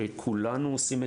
שכולנו עושים,